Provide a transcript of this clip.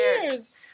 Cheers